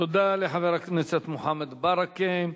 תודה לחבר הכנסת מוחמד ברכה.